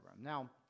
Now